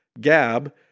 Gab